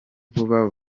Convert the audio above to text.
vuba